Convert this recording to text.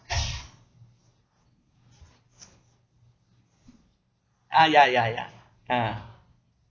ah ya ya ya ah